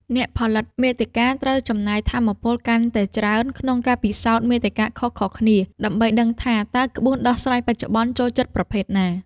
អ្នកផលិតមាតិកាត្រូវចំណាយថាមពលកាន់តែច្រើនក្នុងការពិសោធន៍មាតិកាខុសៗគ្នា ដើម្បីដឹងថាតើក្បួនដោះស្រាយបច្ចុប្បន្នចូលចិត្តប្រភេទណា។